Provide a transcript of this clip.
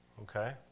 okay